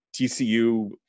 TCU